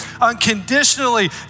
unconditionally